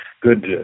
good